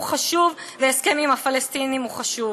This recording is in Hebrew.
חשוב והסכם עם הפלסטינים הוא חשוב.